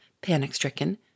panic-stricken